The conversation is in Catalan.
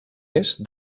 est